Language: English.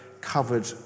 covered